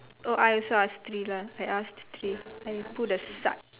oh I also asked three lah I asked three I will put a star